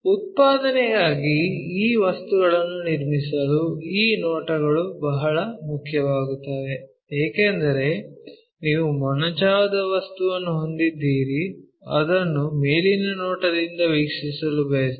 ಉತ್ಪಾದನೆಗಾಗಿ ಈ ವಸ್ತುಗಳನ್ನು ನಿರ್ಮಿಸಲು ಈ ನೋಟಗಳು ಬಹಳ ಮುಖ್ಯವಾಗುತ್ತವೆ ಏಕೆಂದರೆ ನೀವು ಮೊನಚಾದ ವಸ್ತುವನ್ನು ಹೊಂದಿದ್ದೀರಿ ಅದನ್ನು ಮೇಲಿನ ನೋಟದಿಂದ ವೀಕ್ಷಿಸಲು ಬಯಸುತ್ತೀರಿ